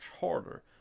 harder